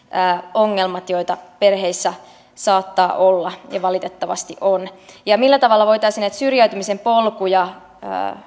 ongelmat joita perheissä saattaa olla ja valitettavasti on millä tavalla voitaisiin näihin syrjäytymisen